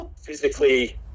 physically